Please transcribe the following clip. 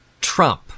Trump